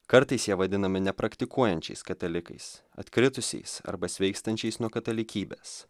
kartais jie vadinami nepraktikuojančiais katalikais atkritusiais arba sveikstančiais nuo katalikybės